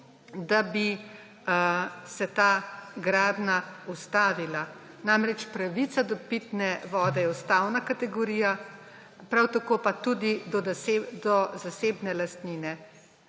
da bi se ta gradnja ustavila. Namreč pravica do pitne vode je ustavna kategorija, prav tako pa tudi do zasebne lastnine.